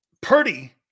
Purdy